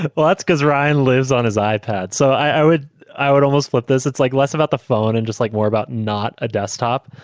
but but that's because ryan lives on his ipad. so i would i would almost flip this. it's like less about the phone and just like more about not a desktop.